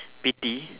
pity